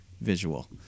visual